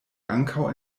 ankaŭ